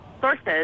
sources